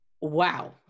Wow